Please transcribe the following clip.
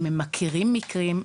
אם הם מכירים מקרים,